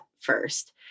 first